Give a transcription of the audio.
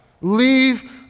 Leave